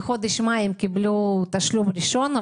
בחודש מאי הם קיבלו תשלום ראשון,